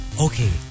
Okay